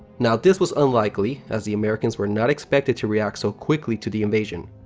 now, this was unlikely as the americans were not expected to react so quickly to the invasion.